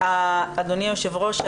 אדוני היושב ראש,